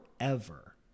forever